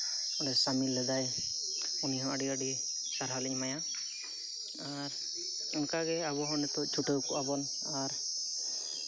ᱚᱸᱰᱮ ᱥᱟᱹᱢᱤᱞ ᱞᱮᱫᱟᱭ ᱩᱱᱤ ᱦᱚᱸ ᱟᱹᱰᱤ ᱟᱹᱰᱤ ᱥᱟᱨᱦᱟᱣ ᱞᱤᱧ ᱮᱢᱟᱭᱟ ᱟᱨ ᱚᱱᱠᱟᱜᱮ ᱟᱵᱚ ᱦᱚᱸ ᱱᱤᱛᱚᱜ ᱪᱷᱩᱴᱟᱹᱣ ᱠᱚᱜᱼᱵᱚᱱ ᱟᱨ